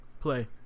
Play